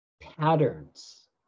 patterns